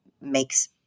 makes